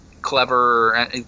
clever